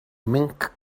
mink